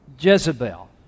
Jezebel